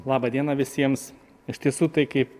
laba diena visiems iš tiesų tai kaip